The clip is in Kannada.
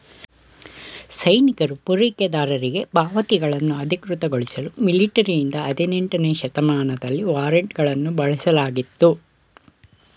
ಸೈನಿಕರು ಪೂರೈಕೆದಾರರಿಗೆ ಪಾವತಿಗಳನ್ನು ಅಧಿಕೃತಗೊಳಿಸಲು ಮಿಲಿಟರಿಯಿಂದ ಹದಿನೆಂಟನೇ ಶತಮಾನದಲ್ಲಿ ವಾರೆಂಟ್ಗಳನ್ನು ಬಳಸಲಾಗಿತ್ತು